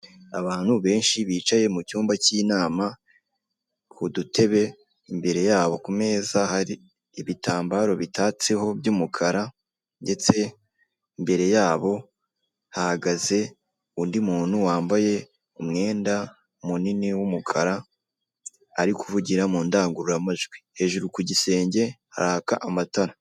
Abantu benshi bicaye mu cyumba cy'inama ku dutebe, imbere yabo ku meza hari ibitambaro bitatseho by'umukara ndetse imbere yabo hahagaze undi muntu wambaye umwenda munini w'umukara ari kuvugira mu ndangururamajwi. Hejuru ku gisenge haraka amatara.